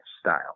style